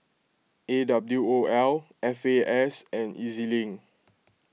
A W O L F A S and E Z Link